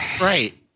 Right